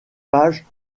page